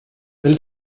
elle